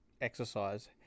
exercise